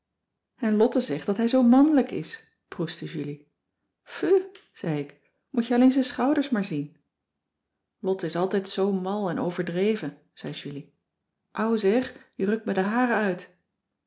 en lotte zegt dat hij zoo mannelijk is proestte julie pfuu zei ik moet je alleen zijn schouders maar zien lotte is altijd zoo mal en overdreven zei julie au zeg je rukt me de haren uit